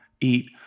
eat